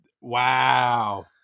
Wow